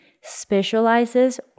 specializes